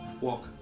Walk